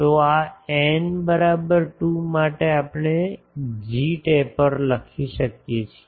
તો આ n બરાબર 2 માટે આપણે જીટેપર લખી શકીએ છીએ